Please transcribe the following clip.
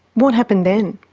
what happened then?